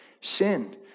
sin